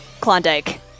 Klondike